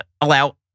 allow